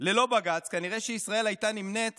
ללא בג"ץ כנראה שישראל הייתה נמנית